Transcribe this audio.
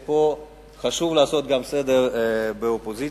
חשוב לעשות גם סדר באופוזיציה,